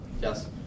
Yes